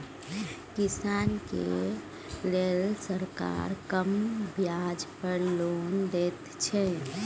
किसान केर लेल सरकार कम ब्याज पर लोन दैत छै